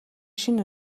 шинэ